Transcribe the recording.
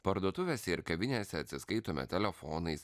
parduotuvėse ir kavinėse atsiskaitome telefonais